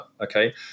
Okay